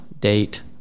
date